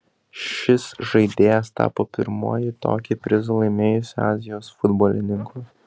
šis žaidėjas tapo pirmuoju tokį prizą laimėjusiu azijos futbolininku